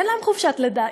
אין להם חופשת לידה,